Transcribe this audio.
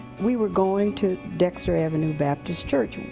we were going to dexter avenue baptist church,